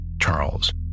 Charles